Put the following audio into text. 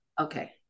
Okay